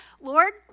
Lord